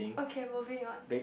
okay moving on